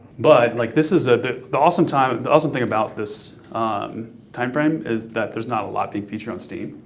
but like this is, ah the the awesome time, the awesome thing about this timeframe is that there's not a lot being featured on steam.